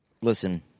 listen